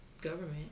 government